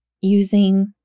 using